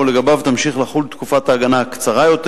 ולגביו תמשיך לחול תקופת ההגנה הקצרה יותר